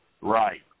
Right